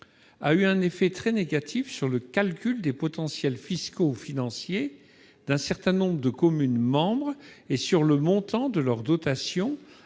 avoir un effet très négatif sur le calcul des potentiels fiscaux et financiers d'un certain nombre de communes membres et, partant, sur le montant de leurs dotations,